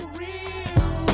real